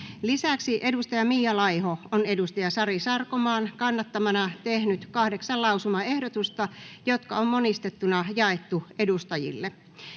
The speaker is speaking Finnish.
Lisäksi Mia Laiho on Sari Sarkomaan kannattamana tehnyt 8 lausumaehdotusta, jotka on monistettuna jaettu edustajille.